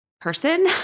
person